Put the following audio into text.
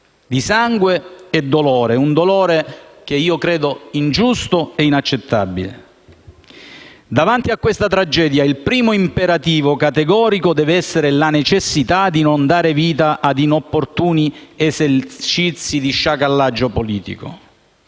di sangue e dolore, un dolore che io credo ingiusto e inaccettabile. Davanti a questa tragedia il primo imperativo categorico deve essere la necessità di non dare vita a inopportuni esercizi di sciacallaggio politico